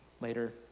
later